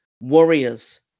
warriors